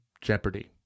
jeopardy